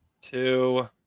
Two